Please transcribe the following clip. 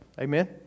Amen